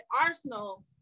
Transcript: Arsenal